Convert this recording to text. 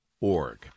org